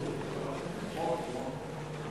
מוטי, מוטי.